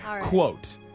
quote